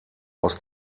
aus